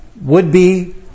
would-be